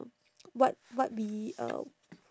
what what we um